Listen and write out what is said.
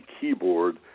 keyboard